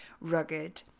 rugged